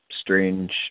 strange